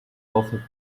offer